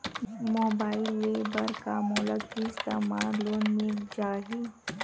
Mobile ले बर का मोला किस्त मा लोन मिल जाही?